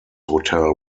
hotel